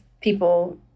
people